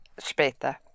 später